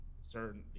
certain